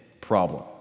problem